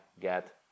get